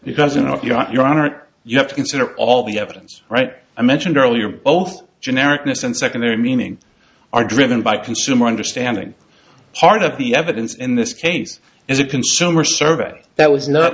because you know if you don't your honor you have to consider all the evidence right i mentioned earlier both generic miss and secondary meaning are driven by consumer understanding part of the evidence in this case is a consumer survey that was not